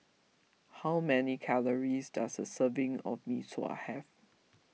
how many calories does a serving of Mee Sua have